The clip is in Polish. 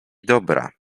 dobra